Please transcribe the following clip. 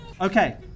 Okay